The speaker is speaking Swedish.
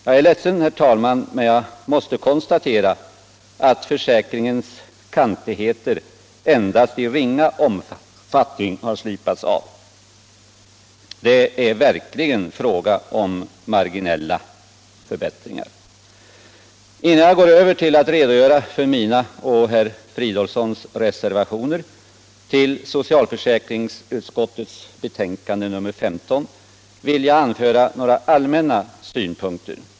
Jag är ledsen, herr talman, men jag måste konstatera att försäkringens kantigheter endast i ringa omfattning har slipats av. Det är verkligen fråga om marginella förbättringar. Innan jag går över till att redogöra för mina och herr Fridolfssons reservationer till socialförsäkringsutskottets betänkande nr 15 vill jag anföra några allmänna synpunkter.